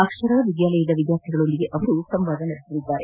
ಅಕ್ಷರ ವಿದ್ವಾಲಯದ ವಿದ್ವಾರ್ಥಿಗಳೊಂದಿಗೆ ಅವರು ಸಂವಾದ ನಡೆಸಲಿದ್ದಾರೆ